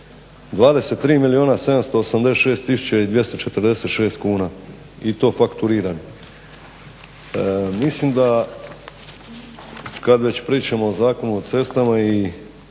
23 milijuna 786 tisuća i 246 kuna i to fakturiran. Mislim da kad već pričamo o Zakonu o cestama i